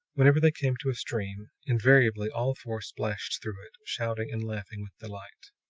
whenever they came to a stream, invariably all four splashed through it, shouting and laughing with delight.